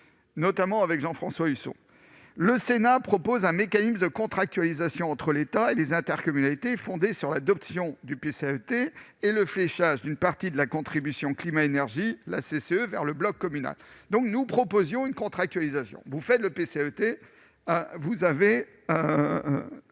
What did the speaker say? l'initiative de Jean-François Husson, le Sénat propose un mécanisme de contractualisation entre l'État et les intercommunalités, mécanisme fondé sur l'adoption du PCAET et le fléchage d'une partie de la contribution climat-énergie (CCE) vers le bloc communal. Nous proposions une contractualisation : vous adoptez un PCAET, vous recevez